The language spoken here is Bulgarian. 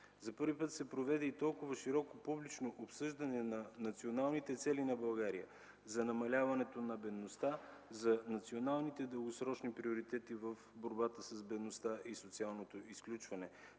За първи път се проведе и толкова широко публично обсъждане на националните цели на България за намаляване на бедността, за националните дългосрочни приоритети в борбата с бедността и социалното изключване,